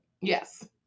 Yes